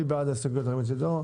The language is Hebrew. מי בעד ההסתייגויות ירים את ידו?